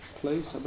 please